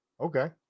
Okay